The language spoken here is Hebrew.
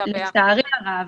לצערי הרב,